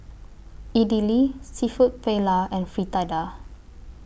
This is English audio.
Idili Seafood Paella and Fritada